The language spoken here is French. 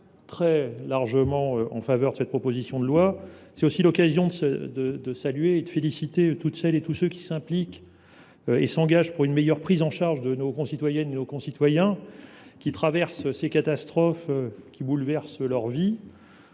très largement en faveur de cette proposition de loi. Très bien ! Je profite de cette occasion pour saluer et féliciter toutes celles et tous ceux qui s’impliquent et s’engagent en faveur d’une meilleure prise en charge de nos concitoyennes et de nos concitoyens qui traversent ces catastrophes de nature à bouleverser leur vie.